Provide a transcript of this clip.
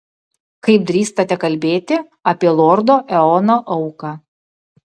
kaip drįstate kalbėti apie lordo eono auką